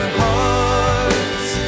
hearts